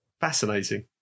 Fascinating